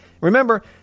Remember